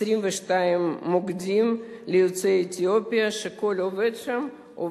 22 מוקדים ליוצאי אתיופיה שכל עובד שם הוא